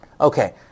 Okay